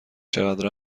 چقدر